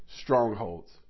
strongholds